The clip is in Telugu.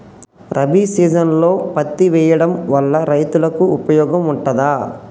రబీ సీజన్లో పత్తి వేయడం వల్ల రైతులకు ఉపయోగం ఉంటదా?